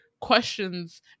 questions